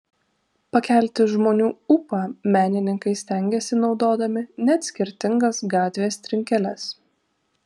pakelti žmonių ūpą menininkai stengiasi naudodami net skirtingas gatvės trinkeles